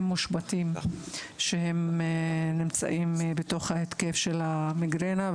מושבתים כשהן נמצאות בתוך ההתקף של המיגרנה,